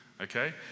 okay